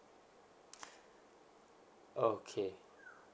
okay